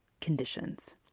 conditions